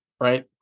right